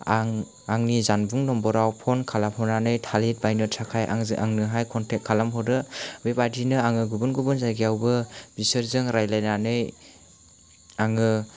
आं आंनि जानबुं नम्बरआव फन खालामहरनानै थालिर बायनो थाखाय आं आंजोंहाय कन्टेक खालामहरो बेबायदिनो आङो गुबुन गुबुन जायगायावबो बिसोरजों रायलायनानै आङो